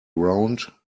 round